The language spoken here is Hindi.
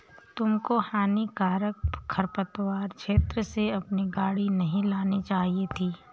तुमको हानिकारक खरपतवार क्षेत्र से अपनी गाड़ी नहीं लानी चाहिए थी